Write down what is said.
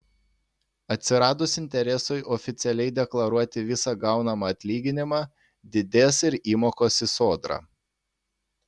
atsiradus interesui oficialiai deklaruoti visą gaunamą atlyginimą didės ir įmokos į sodrą